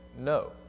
no